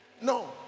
No